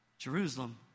Jerusalem